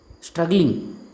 Struggling